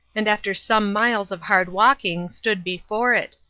and after some miles of hard walking stood before it,